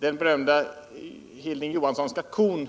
Den berömda Hilding Johanssonska kon